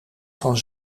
van